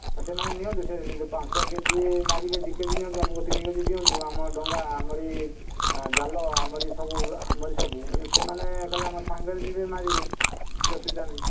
ସେମାନେ ନିଅନ୍ତୁ ସେ ପାଞ୍ଚ କେ ଜି ମାରିବେ ଦୁଇ କେ ଜି ନିଅନ୍ତୁ ଆମକୁ ତିନି କେ ଜି ଦିଅନ୍ତୁ ଆମ ଡଙ୍ଗା ଆମରି ଜାଲ ଆମରି ସବୁ ଆମରି ସବୁ ସେମାନେ ଖାଲି ଆମ ସାଙ୍ଗରେ ଯିବେ ମାରିବେ କିଛି ଅସୁବିଧା ନାହିଁ